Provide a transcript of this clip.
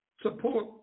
support